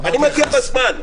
אני מגיע בזמן.